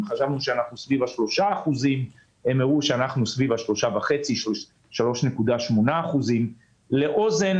אם חשבנו שאנחנו סביב 3% הם הראו שאנחנו סביב 3.5% 3.8%. לאוזן